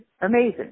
amazing